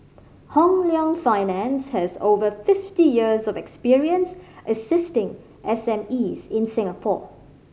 Hong Leong Finance has over fifty years of experience assisting S M Es in Singapore